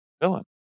villain